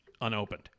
unopened